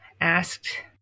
asked